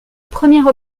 première